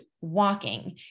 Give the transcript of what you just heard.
walking